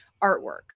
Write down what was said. artwork